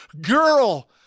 girl